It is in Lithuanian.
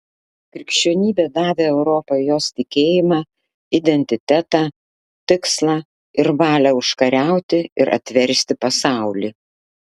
krikščionybė davė europai jos tikėjimą identitetą tikslą ir valią užkariauti ir atversti pasaulį